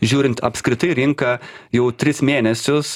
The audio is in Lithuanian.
žiūrint apskritai rinka jau tris mėnesius